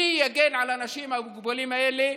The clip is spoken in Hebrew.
מי יגן על האנשים המוגבלים האלה,